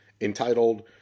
entitled